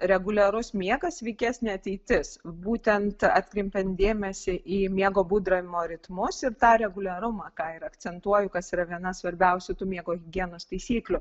reguliarus miegas sveikesnė ateitis būtent atkreipiant dėmesį į miego būdravimo ritmus ir tą reguliarumą ką ir akcentuoju kas yra viena svarbiausių tų miego higienos taisyklių